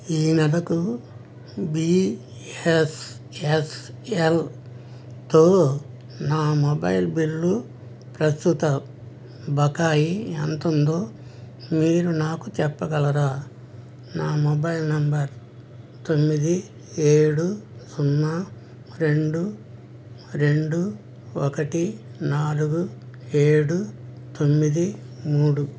ఈ నెలకు B S S ఎల్తో నా మొబైల్ బిల్లు ప్రస్తుత బకాయి ఎంత ఉందో మీరు నాకు చెప్పగలరా నా మొబైల్ నెంబర్ తొమ్మిది ఏడు సున్నా రెండు రెండు ఒకటి నాలుగు ఏడు తొమ్మిది మూడు